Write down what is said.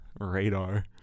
radar